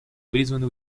призваны